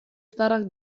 zaharrak